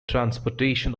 transportation